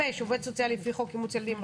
(5)עובד סוציאלי לפי חוק אימוץ ילדים,